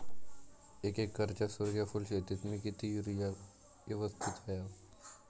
एक एकरच्या सूर्यफुल शेतीत मी किती युरिया यवस्तित व्हयो?